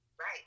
Right